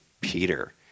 Peter